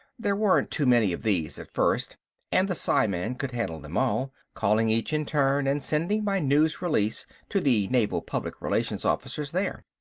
there weren't too many of these at first and the psiman could handle them all, calling each in turn and sending by news releases to the naval public relations officers there.